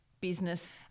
business